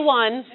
one